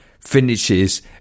finishes